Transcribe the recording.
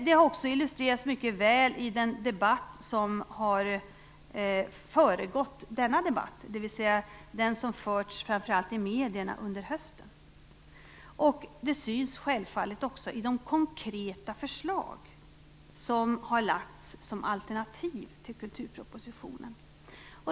Det har också illustrerats mycket väl i den debatt som har föregått denna debatt, dvs. den som förts i framför allt medierna under hösten. Det syns självfallet också i de konkreta förslag som har lagts fram som alternativ till kulturpropositionen.